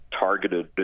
targeted